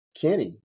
Kenny